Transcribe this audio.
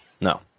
No